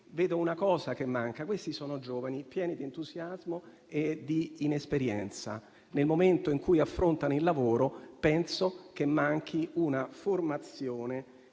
Trattandosi però di giovani, pieni di entusiasmo e di inesperienza nel momento in cui affrontano il lavoro, penso che manchi una formazione